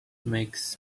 makes